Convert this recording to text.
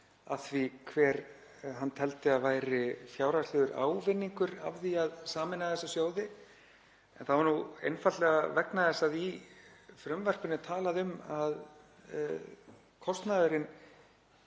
að því hver hann teldi að væri fjárhagslegur ávinningur af því að sameina þessa sjóði. Það var nú einfaldlega vegna þess að í frumvarpinu er talað um að kostnaðurinn